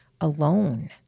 alone